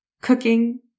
cooking